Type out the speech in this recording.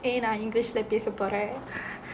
!hey! நான்:naan english leh பேச போறேன்:pesa poraen